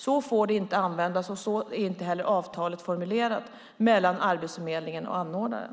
Så får det inte användas, och så är inte heller avtalet formulerat mellan Arbetsförmedlingen och anordnaren.